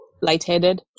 lightheaded